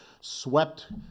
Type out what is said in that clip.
swept